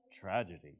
Tragedy